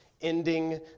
ending